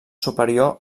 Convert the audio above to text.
superior